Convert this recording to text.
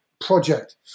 project